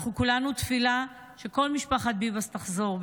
אנחנו כולנו תפילה שכל משפחת ביבס תחזור,